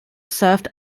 served